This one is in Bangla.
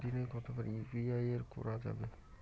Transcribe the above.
দিনে কতবার ইউ.পি.আই করা যাবে?